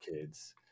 kids